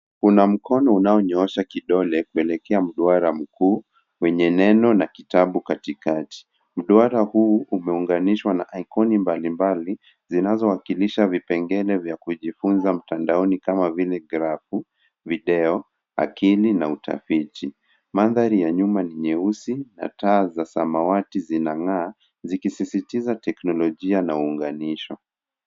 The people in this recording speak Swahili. Kuna mkono unaonyoosha kidole kuelekea mduara mkuu mwenye neno na kitabu katikati. Mduara huu umeunganishwa na ikoni mbalimbali zinazowakilisha vipengele vya kujifunza mtandaoni kama vile grafu, video, akili na utafiti. Mandhari ya nyuma ni nyeusi na taa za samawati zinang'aa zikisisitiza teknolojia na unganisho.